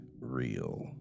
real